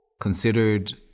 considered